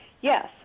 yes